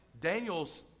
Daniel's